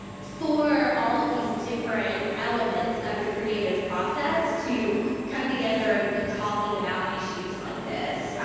for all of these different elements of the creative process to come together and be talking about issues like this.